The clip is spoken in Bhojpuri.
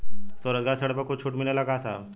स्वरोजगार ऋण पर कुछ छूट मिलेला का साहब?